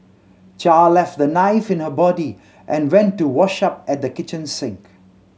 Char left the knife in her body and went to wash up at the kitchen sink